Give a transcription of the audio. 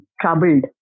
troubled